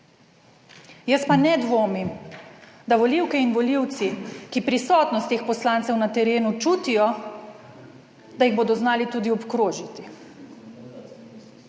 Jaz pa ne dvomim, da volivke in volivci, ki prisotnost teh poslancev na terenu čutijo, da jih bodo znali tudi obkrožiti.